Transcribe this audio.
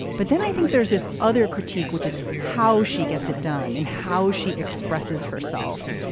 but then i think there's this other critique which is how she gets it done and how she expresses herself.